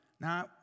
Now